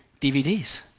DVDs